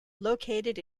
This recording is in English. located